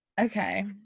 okay